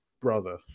Brother